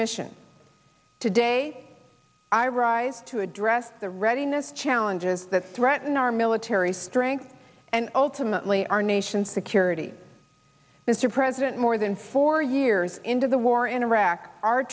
mission today i rise to address the readiness challenges that threaten our military strength and ultimately our nation's security mr president more than four years into the war in iraq our